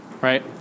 right